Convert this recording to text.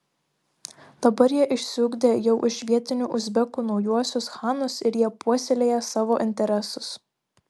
dabar jie išsiugdė jau iš vietinių uzbekų naujuosius chanus ir jie puoselėja savo interesus